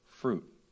fruit